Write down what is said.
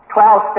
Twelve